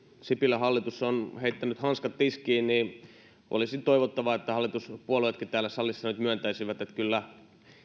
sipilän hallitus on heittänyt hanskat tiskiin olisi toivottavaa että hallituspuolueetkin täällä salissa nyt myöntäisivät että kyllä